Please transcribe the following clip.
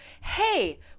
Hey